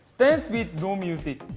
dance with no music.